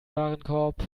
warenkorb